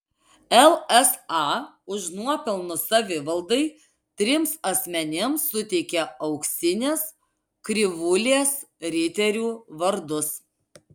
lsa už nuopelnus savivaldai trims asmenims suteikė auksinės krivūlės riterių vardus